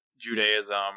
Judaism